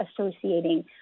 associating